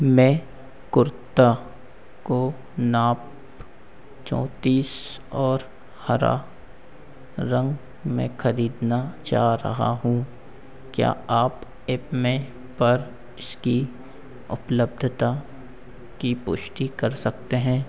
मैं कुर्ता को नाप चौंतीस और हरा रंग में ख़रीदना चाह रहा हूँ क्या आप एपमे पर इसकी उपलब्धता की पुष्टि कर सकते हैं